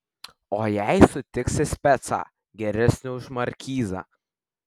o jei sutiksi specą geresnį už markizą